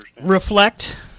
Reflect